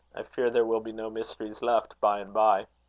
i fear there will be no mysteries left by-and-by.